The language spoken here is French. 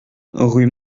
rue